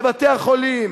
בבתי-החולים.